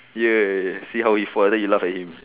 !yay! see how he fall then you laugh at him